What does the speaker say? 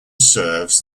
serves